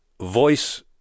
voice